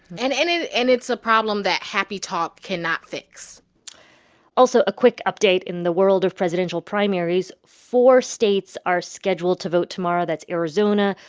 and and and it's a problem that happy talk cannot fix also, a quick update in the world of presidential primaries. four states are scheduled to vote tomorrow. that's arizona,